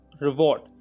reward